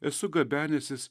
esu gabenęsis